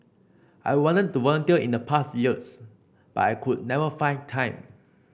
I wanted to volunteer in the past years but I could never find time